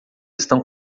estão